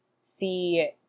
see